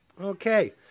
Okay